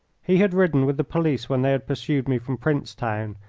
he had ridden with the police when they had pursued me from princetown,